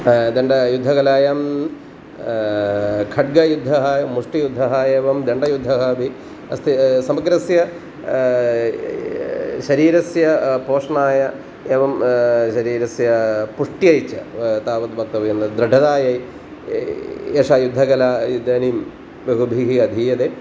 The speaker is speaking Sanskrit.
ह दण्ड युद्धकलायां खड्गयुद्धं मुष्टियुद्धम् एवं दण्डयुद्धम् अपि अस्ति समग्रस्य शरीरस्य पोषणाय एवं शरीरस्य पुष्ट्यै च वा तावद् वक्तव्यं न दृढतायै एषा युद्धकला इदानीं बहुभिः अधीयते